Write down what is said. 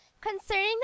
concerning